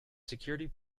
security